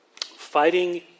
fighting